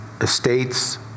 estates